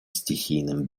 стихийным